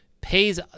pays